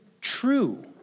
true